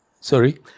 Sorry